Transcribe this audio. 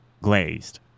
glazed